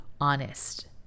honest